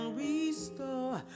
restore